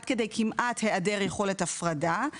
עד כדי כמעט היעדר יכולת הפרדה.